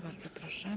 Bardzo proszę.